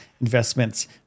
investments